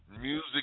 music